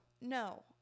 no